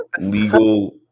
legal